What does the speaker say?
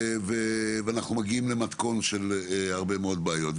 ואנחנו מגיעים למתכון של הרבה מאוד בעיות.